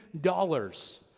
dollars